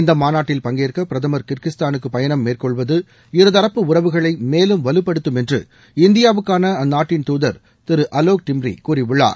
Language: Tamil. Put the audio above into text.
இந்த மாநாட்டில் பங்கேற்க பிரதமர் கிர்கிஸ்தானுக்கு பயணம் மேற்கொள்வது இருதரப்பு உறவுகளை மேலும் வலுப்படுத்தும் என்று இந்தியாவுக்கான அந்நாட்டின் துதர் திரு அலோக் டிம்ரி கூறியுள்ளார்